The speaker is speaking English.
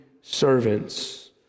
servants